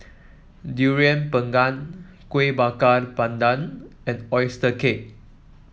Durian Pengat Kueh Bakar Pandan and oyster cake